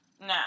No